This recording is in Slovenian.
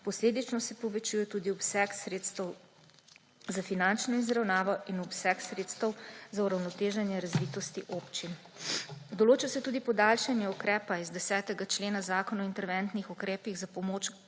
Posledično se povečuje tudi obseg sredstev za finančno izravnavo in obseg sredstev za uravnoteženje razvitosti občin. Določa se tudi podaljšanje ukrepa iz 10. člena Zakona o interventnih ukrepih za pomoč